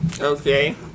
Okay